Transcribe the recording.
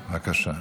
בבקשה,